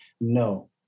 No